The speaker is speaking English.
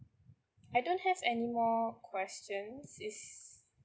I don't have any more questions is